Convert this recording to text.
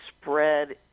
spread